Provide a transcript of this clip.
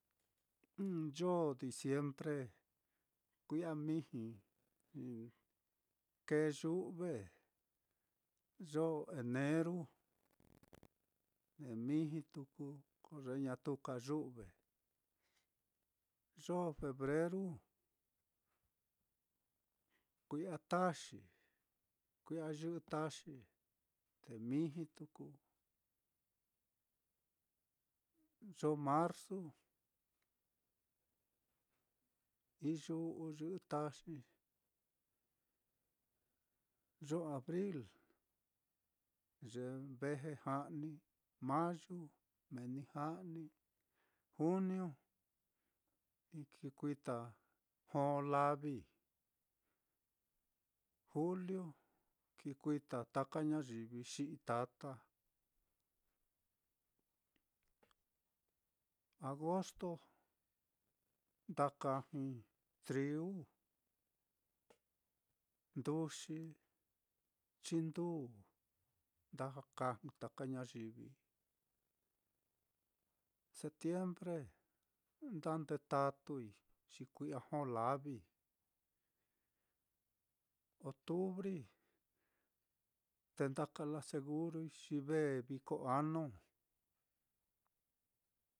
Yoo diciembre kui'a miji, kee yu've, yoo eneru miji tuku ko ye ñatu ka yu've, yo febreru kui'a taxi, kui'a yɨ'ɨ taxi te miji tuku, yoo marzu iyu'u yɨ'ɨ taxi, yoo abril ye ve 'ni, mayu meeni ja'ni, juniu ni ki kuita jó lavi, juliu kikuita taka ñayivi xi'ii tata, agosto nda kajai trigu, nduxi, chinduu nda kaja taka ñayivi, setiembre nda ndetatui xi kui'a jó lavi, otubri te nda kala segurui xi ve viko anu.